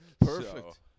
Perfect